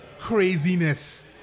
craziness